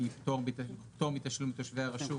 פטור מתשלום תושבי הרשות,